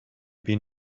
been